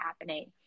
happening